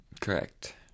correct